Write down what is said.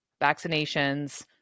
vaccinations